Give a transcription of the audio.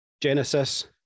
Genesis